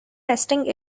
testing